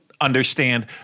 understand